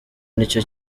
nicyo